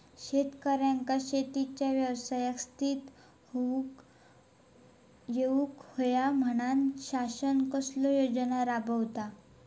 शेतकऱ्यांका शेतीच्या व्यवसायात स्थिर होवुक येऊक होया म्हणान शासन कसले योजना राबयता?